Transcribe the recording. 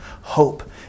hope